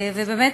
באמת,